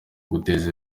guteza